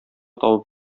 табып